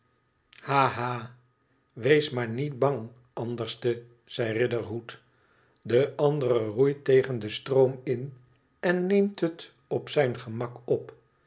wees maar niet bang anderste zei riderhood de andere roeit tegen den stroom in en neemt het op zijn gemak op